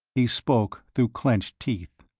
he spoke through clenched teeth.